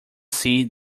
see